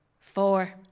Four